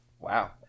Wow